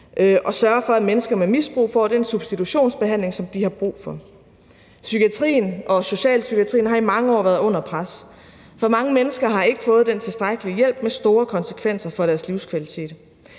og sørge for, at mennesker med misbrug får den substitutionsbehandling, som de har brug for. Psykiatrien og socialpsykiatrien har i mange år været under pres, for mange mennesker har ikke fået den tilstrækkelige hjælp med store konsekvenser for deres livskvalitet.